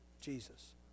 Jesus